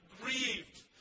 grieved